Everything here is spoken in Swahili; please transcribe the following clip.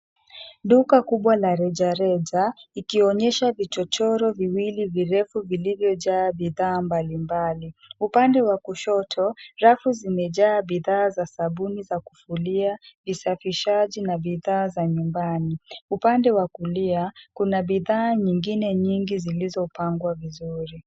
Duka kubwa la rejareja ikionyesha vichochoro viwili virefu vilivyojaa bidhaa mbalimbali. Upande wa kushoto, rafu zimejaa bidhaa za sabuni za kufulia, visafishaji na bidhaa za nyumbani. Upande wa kulia, kuna bidhaa nyingine nyingi zilizopangwa vizuri.